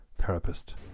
therapist